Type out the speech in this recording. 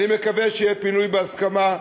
אני מקווה שיהיה פינוי בהסכמה,